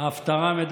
שהייחוס שלו